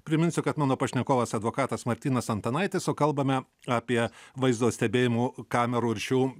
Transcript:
priminsiu kad mano pašnekovas advokatas martynas antanaitis o kalbame apie vaizdo stebėjimų kamerų ir šių